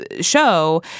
show